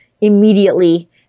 immediately